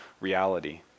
reality